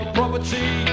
property